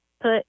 put